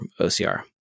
OCR